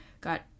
got